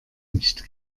nicht